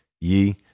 ye